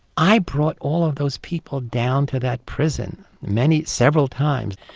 i brought all of those people down to that prison, many. several times.